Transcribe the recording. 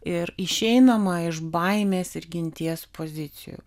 ir išeinama iš baimės ir ginties pozicijų